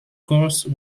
course